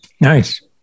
Nice